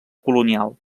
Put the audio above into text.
colonial